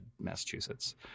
Massachusetts